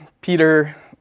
Peter